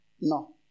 No